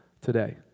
today